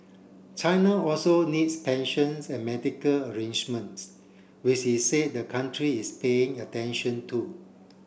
China also needs pension and medical arrangements with he said the country is paying attention to